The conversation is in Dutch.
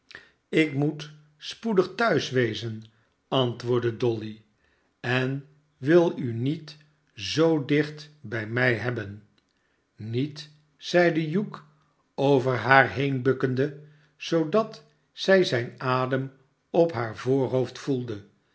ik moet spoedig thuis wezen antwoordde dolly en wil u niet zoo dicht bij mij hebben sniet zeide hugh over haar heen bukkende zoodat zij zijn adem op haar voorhoofd voelde